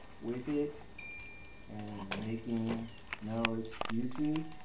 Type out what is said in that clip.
with it and making no excuses.